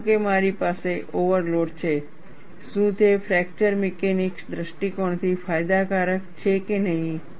ધારો કે મારી પાસે ઓવરલોડ છે શું તે ફ્રેકચર મિકેનિક્સ દૃષ્ટિકોણથી ફાયદાકારક છે કે નહીં